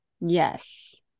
Yes